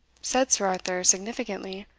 said sir arthur, significantly.